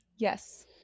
Yes